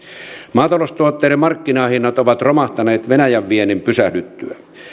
maataloustuotteiden markkinahinnat ovat romahtaneet venäjän viennin pysähdyttyä